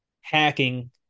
hacking